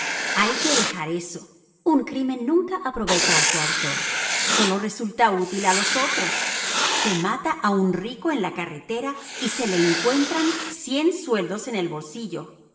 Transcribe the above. hay que dejar eso un crimen nunca aprovecha a su autor sólo resulta útil a los otros se mata a un rico en la carretera y se le encuentran cien sueldos en el bolsillo